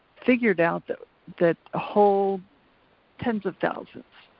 figured out that a whole tens of thousands,